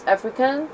African